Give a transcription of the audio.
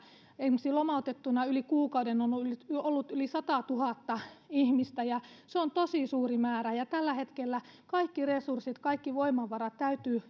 esimerkiksi lomautettuna yli kuukauden on ollut ollut yli satatuhatta ihmistä ja se on tosi suuri määrä tällä hetkellä kaikki resurssit kaikki voimavarat täytyy